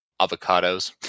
avocados